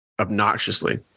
obnoxiously